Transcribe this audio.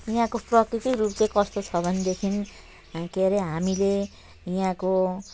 यहाँको प्रकृति रूप चाहिँ कस्तो छ भनेदेखि के अरे हामीले यहाँको